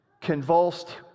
convulsed